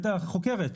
את החוקרת,